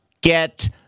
get